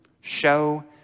show